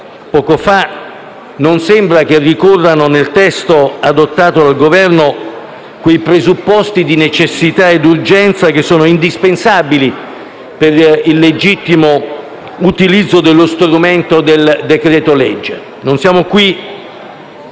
poco fa, non sembra che nel testo adottato dal Governo ricorrano quei presupposti di necessità ed urgenza che sono indispensabili per il legittimo utilizzo dello strumento del decreto-legge. Non siamo qui